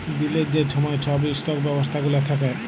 দিলের যে ছময় ছব ইস্টক ব্যবস্থা গুলা থ্যাকে